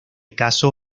caso